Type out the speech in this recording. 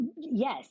Yes